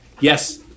Yes